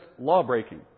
law-breaking